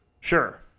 sure